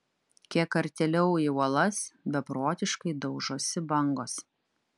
kiek artėliau į uolas beprotiškai daužosi bangos